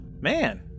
man